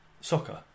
soccer